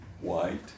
white